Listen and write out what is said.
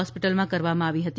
હોસ્પિટલમાં કરવામાં આવી હતી